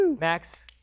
Max